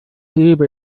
lebe